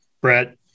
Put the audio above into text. Brett